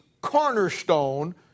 cornerstone